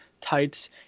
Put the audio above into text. tights